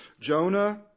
Jonah